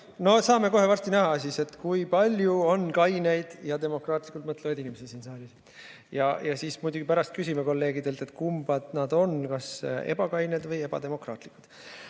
saame kohe varsti näha, kui palju on kaineid ja demokraatlikult mõtlevaid inimesi siin saalis. Siis muidugi pärast küsime kolleegidelt, kumba nad on, kas ebakained või ebademokraatlikud